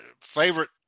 favorite